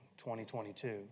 2022